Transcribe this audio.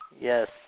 Yes